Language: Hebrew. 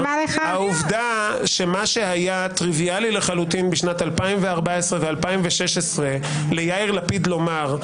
העובדה שמה שהיה טריוויאלי לחלוטין בשנת 2014 ו-2016 ליאיר לפיד לומר,